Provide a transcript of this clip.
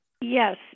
Yes